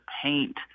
paint